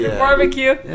barbecue